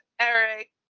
Eric